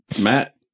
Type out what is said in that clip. Matt